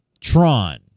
Tron